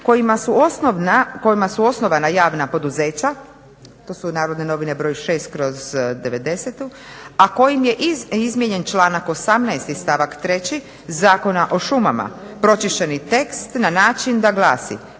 kojima su osnovana javna poduzeća to su NN 6/90., a kojim je izmijenjen članak 18. stavak 3. Zakona o šumama, pročišćeni tekst, na način da glasi: